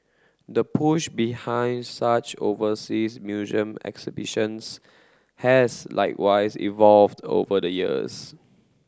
the push behind such overseas museum exhibitions has likewise evolved over the years